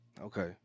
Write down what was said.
okay